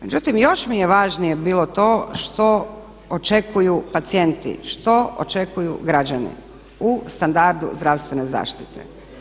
Međutim, još mi je važnije bilo to što očekuju pacijenti, što očekuju građani u standardu zdravstvene zaštite.